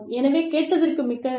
எனவே கேட்டதற்கு மிக்க நன்றி